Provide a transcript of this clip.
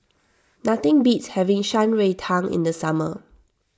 nothing beats having Shan Rui Tang in the summer